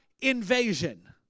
invasion